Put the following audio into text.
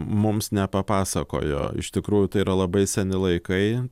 mums nepapasakojo iš tikrųjų tai yra labai seni laikai